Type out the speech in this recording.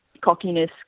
cockiness